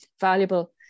valuable